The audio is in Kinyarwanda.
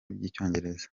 by’icyongereza